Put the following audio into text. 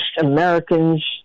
Americans